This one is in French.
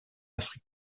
afrique